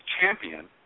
champion